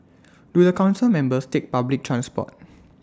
do the Council members take public transport